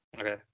okay